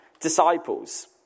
disciples